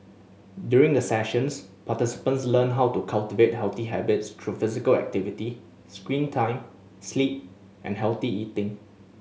during the sessions participants learn how to cultivate healthy habits through physical activity screen time sleep and healthy eating